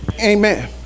Amen